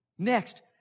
Next